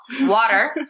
water